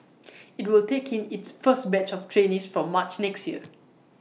IT will take in its first batch of trainees from March next year